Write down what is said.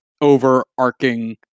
overarching